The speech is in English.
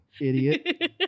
idiot